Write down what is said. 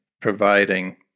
providing